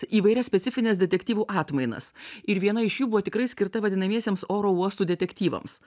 įvairias specifines detektyvų atmainas ir viena iš jų buvo tikrai skirta vadinamiesiems oro uostų detektyvams